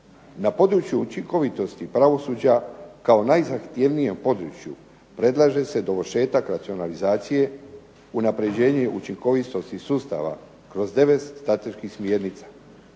Na području učinkovitosti pravosuđa kao najzahtjevnijem području, predlaže se dovršetak racionalizacije, unapređenje učinkovitosti sustava kroz 9 strateških smjernica.